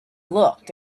looked